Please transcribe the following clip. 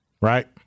right